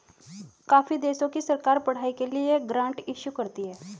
काफी देशों की सरकार पढ़ाई के लिए ग्रांट इशू करती है